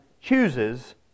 chooses